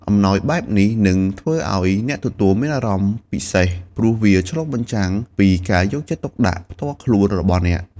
អំណោយបែបនេះនឹងធ្វើឱ្យអ្នកទទួលមានអារម្មណ៍ពិសេស ព្រោះវាឆ្លុះបញ្ចាំងពីការយកចិត្តទុកដាក់ផ្ទាល់ខ្លួនរបស់អ្នក។